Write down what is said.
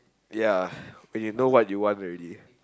ya but you know what you want already